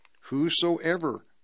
whosoever